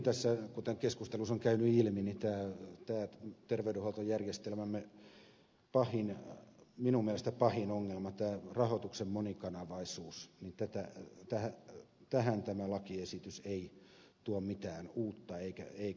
kuitenkaan kuten keskustelussa on käynyt ilmi terveydenhuoltojärjestelmämme minun mielestäni pahimpaan ongelmaan rahoituksen monikanavaisuuteen tämä lakiesitys ei tuo mitään uutta eikä ratkaisua